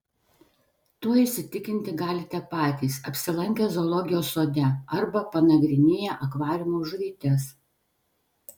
tuo įsitikinti galite patys apsilankę zoologijos sode arba panagrinėję akvariumo žuvytes